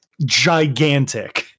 gigantic